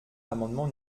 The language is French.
l’amendement